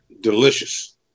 Delicious